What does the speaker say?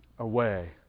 Away